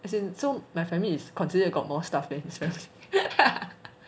as in so my family is considered got more stuff that his family